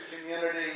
community